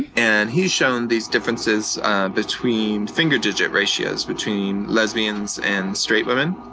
and he's shown these differences between finger digit ratios between lesbians and straight women.